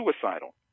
suicidal